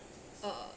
uh